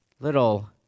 little